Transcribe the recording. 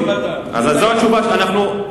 באת בסוף, כמו תייר.